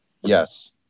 Yes